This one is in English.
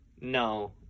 No